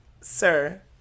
Sir